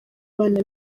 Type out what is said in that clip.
abana